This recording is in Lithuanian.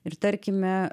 ir tarkime